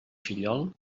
fillol